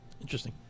Interesting